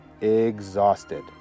exhausted